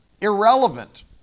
irrelevant